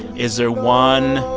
is there one